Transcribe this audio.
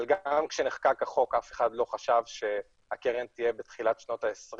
אבל גם כשנחקק החוק אף אחד לא חשב שהקרן תהיה בתחילת שנות ה-20